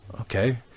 okay